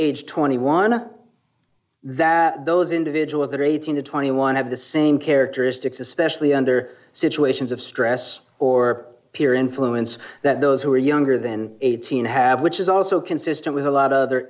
age twenty one that those individuals that are eighteen dollars to twenty one dollars have the same characteristics especially under situations of stress or peer influence that those who are younger than eighteen have which is also consistent with a lot other